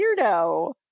weirdo